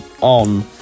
On